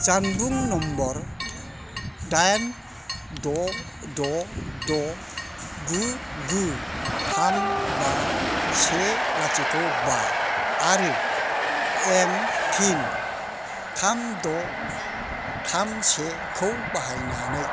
जानबुं नम्बर दाइन द' द' द' गु गु थाम बा से लाथिख' बा आरो एम पिन थाम द' थाम से खौ बाहायनानै